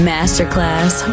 Masterclass